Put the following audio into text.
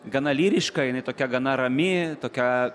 gana lyriška jinai tokia gana rami tokia